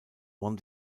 one